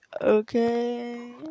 okay